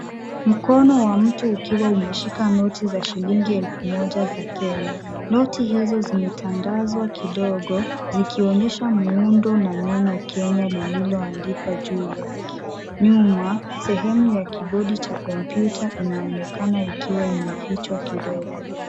Mkono wa mtu ukiwa umeshika noti za shilingi elfu moja za Kenya. Noti hizo zimetandazwa kidogo zikionyesha muundo na neno Kenya lililoandikwa juu yake. Nyuma sehemu ya kibodi cha kompyuta inaonekana ikiwa imefichwa kidogo.